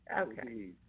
Okay